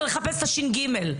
ולחפש את ה-ש"ג.